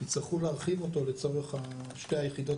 יצטרכו להרחיב אותו לצורך שתי היחידות